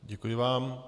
Děkuji vám.